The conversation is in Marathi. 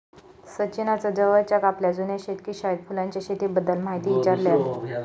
सचिनान जवळच्याच आपल्या जुन्या शेतकी शाळेत फुलांच्या शेतीबद्दल म्हायती ईचारल्यान